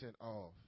off